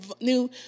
new